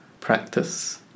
practice